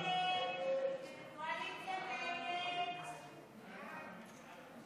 אין שום אפליה של אף אחד.